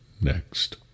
next